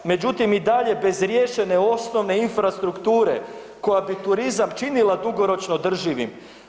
Međutim i dalje bez riješene osnovne infrastrukture koja bi turizam činila dugoročno održivim.